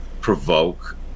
provoke